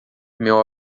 meu